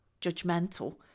judgmental